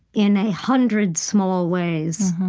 in a hundred small ways,